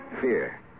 Fear